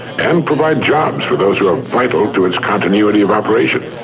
and provide jobs for those who are vital to its continuity of operation.